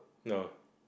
no